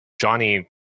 Johnny